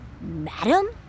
Madam